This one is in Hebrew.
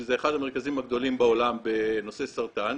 שזה אחד המרכזים הגדולים בעולם בנושא סרטן,